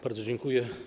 Bardzo dziękuję.